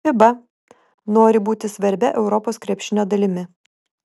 fiba nori būti svarbia europos krepšinio dalimi